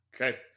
Okay